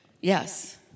Yes